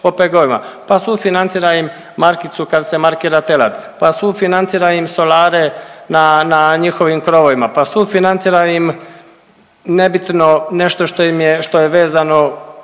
pa sufinancira im markicu kad se markira taj rad, pa sufinancira im solare na, na njihovim krovovima, pa sufinancira im nebitno nešto što im je,